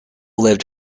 lived